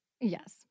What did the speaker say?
Yes